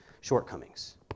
shortcomings